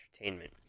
Entertainment